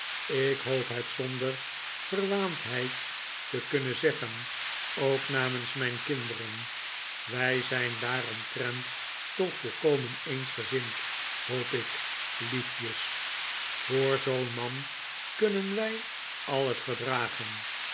ik hoop net zonder verwaandheid te kunnen zeggen ook namens mijn kinderen wij zijn daaromtrent toch volkomen eensgezind hoop ik liefjes voor zoo'n man kunnen wij alles verdragen